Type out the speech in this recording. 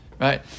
right